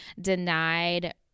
denied